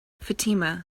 fatima